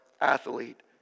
athlete